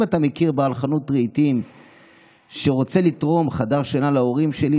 אם אתה מכיר בעל חנות רהיטים שרוצה לתרום חדר שינה להורים שלי,